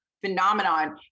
phenomenon